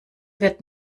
wird